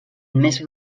més